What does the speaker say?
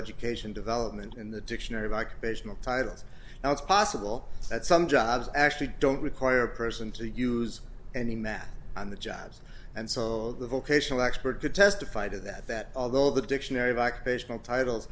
education development in the dictionary like titles and it's possible that some jobs actually don't require person to use any math on the jobs and so the vocational expert could testify to that that although the dictionary